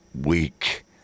weak